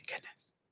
goodness